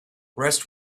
rest